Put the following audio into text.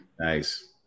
nice